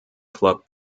club